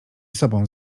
sobą